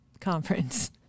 conference